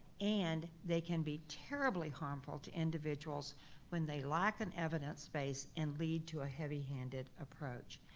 and, they can be terribly harmful to individuals when they lack an evidence base and lead to a heavy-handed approach.